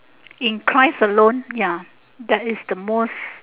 in christ alone that is the most